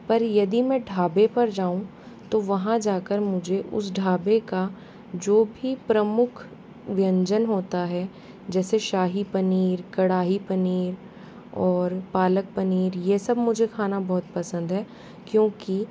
पर यदि में ढाबे पर जाऊँ तो वहाँ जा कर मुझे उस ढाबे का जो भी प्रमुख व्यंजन होता है जैसे शाही पनीर कढ़ाई पनीर और पालक पनीर ये सब मुझे खाना बहुत पसंद है क्योंकि